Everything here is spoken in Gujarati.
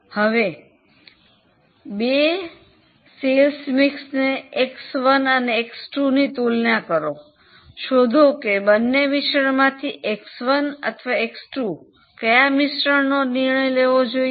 હવે બે વેચાણ મિશ્રણ એક્સ 1 અને એક્સ 2 ની તુલના કરો શોધો કે બન્ને મિશ્રણ માંથી X1 અથવા X2 કયા મિશ્રણનો નિર્ણય લેવો જોઈએ